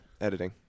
editing